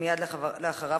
ומייד אחריו,